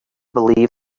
believe